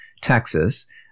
Texas